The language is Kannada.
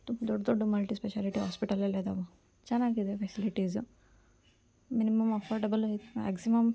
ತುಂಬ ದೊಡ್ಡ ದೊಡ್ಡ ಮಲ್ಟಿಸ್ಪೆಷಾಲಿಟಿ ಹಾಸ್ಪಿಟಲ್ಲೆಲ್ಲ ಇದಾವೆ ಚೆನ್ನಾಗಿದೆ ಫೆಸಿಲಿಟೀಸು ಮಿನಿಮಮ್ ಅಫಾರ್ಡೆಬಲ್ಲು ಇದೆ ಮ್ಯಾಕ್ಸಿಮಮ್